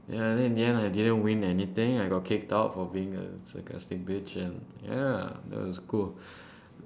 ya then in the end I didn't win anything I got kicked out for being a sarcastic bitch and ya that was cool